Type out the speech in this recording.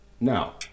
now